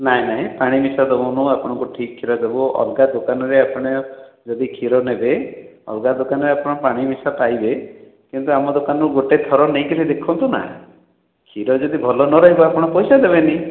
ନାଇଁ ନାଇଁ ପାଣି ମିଶା ଦେବୁନୁ ଆପଣଙ୍କୁ ଠିକ୍ କ୍ଷୀର ଦେବୁ ଅଲଗା ଦୋକାନରେ ଆପଣ ଯଦି କ୍ଷୀର ନେବେ ଅଲଗା ଦୋକାନରେ ଆପଣ ପାଣି ମିଶା ପାଇବେ କିନ୍ତୁ ଆମ ଦୋକାନରୁ ଗୋଟେ ଥର ନେଇକି ଦେଖନ୍ତୁନା କ୍ଷୀର ଯଦି ଭଲ ନ ରହିବ ଆପଣ ପଇସା ଦେବେନି